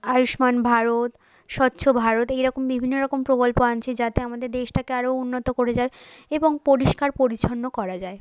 আয়ুষ্মান ভারত স্বচ্ছ ভারত এই রকম বিভিন্ন রকম প্রকল্প আনছে যাতে আমাদের দেশটাকে আরো উন্নত করে যায় এবং পরিষ্কার পরিচ্ছন্ন করা যায়